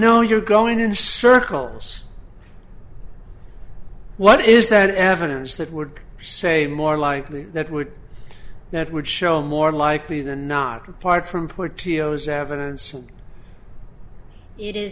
know you're going in circles what is that evidence that would say more likely that would that would show more likely than not apart from for teoh's evidence